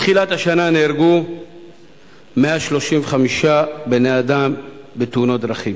מתחילת השנה נהרגו 135 בני-אדם בתאונות דרכים.